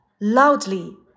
loudly